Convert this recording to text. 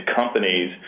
companies